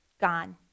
gone